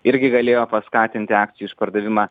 irgi galėjo paskatinti akcijų išpardavimą